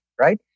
right